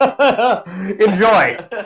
Enjoy